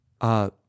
Uh